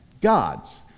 gods